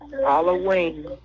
Halloween